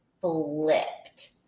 flipped